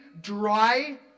dry